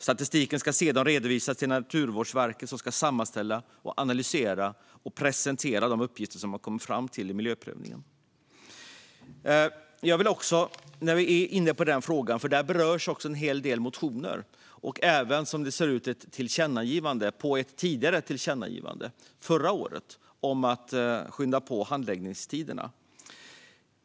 Statistiken ska sedan redovisas till Naturvårdsverket, som ska sammanställa, analysera och presentera de uppgifter som har kommit in om miljöprövningen. När vi ändå är inne på frågan: Här berörs en hel del motioner och, som det ser ut, även ett tillkännagivande om ett tillkännagivande från förra året om att skynda på handläggningstiderna.